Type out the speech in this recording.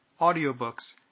audiobooks